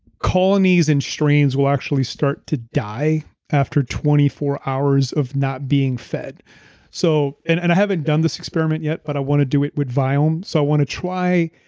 colonies and strains will actually start to die after twenty four hours of not being fed so and and i haven't done this experiment yet, but i want to do it with viome. so i want to try,